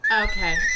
okay